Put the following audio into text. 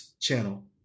channel